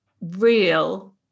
real